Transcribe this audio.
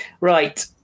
right